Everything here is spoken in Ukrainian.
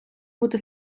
бути